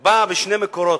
בא משני מקורות: